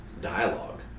dialogue